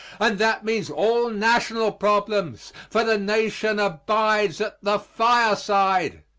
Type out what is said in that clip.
and that means all national problems for the nation abides at the fireside.